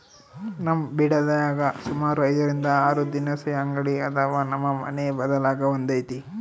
ನಮ್ ಬಿಡದ್ಯಾಗ ಸುಮಾರು ಐದರಿಂದ ಆರು ದಿನಸಿ ಅಂಗಡಿ ಅದಾವ, ನಮ್ ಮನೆ ಬಗಲಾಗ ಒಂದೈತೆ